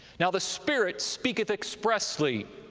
now the spirit speaketh expressly,